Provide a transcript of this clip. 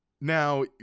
now